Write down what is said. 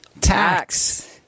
tax